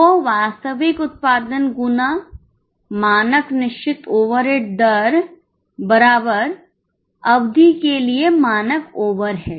तो वास्तविक उत्पादन मानक निश्चित ओवरहेड दर अवधि के लिए मानक ओवरहेड